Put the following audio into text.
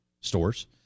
Stores